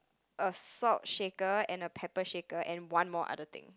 a salt shaker and a pepper shaker and one more other thing